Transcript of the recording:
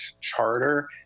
charter